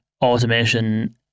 automation